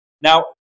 Now